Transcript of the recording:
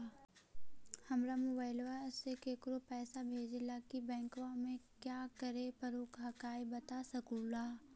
हमरा मोबाइलवा से केकरो पैसा भेजे ला की बैंकवा में क्या करे परो हकाई बता सकलुहा?